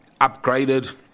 upgraded